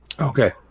Okay